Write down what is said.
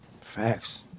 Facts